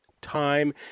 time